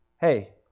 Hey